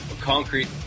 concrete